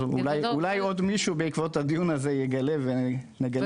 אולי עוד מישהו בעקבות הדיון הזה יגלה וינצל.